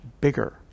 bigger